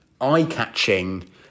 eye-catching